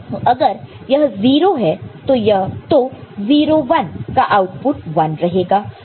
तो अगर यह 0 है तो 0 1 का आउटपुट 1 रहेगा